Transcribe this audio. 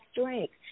strength